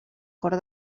cor